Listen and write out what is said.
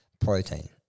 protein